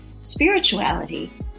spirituality